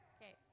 Okay